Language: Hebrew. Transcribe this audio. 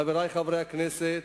חברי חברי הכנסת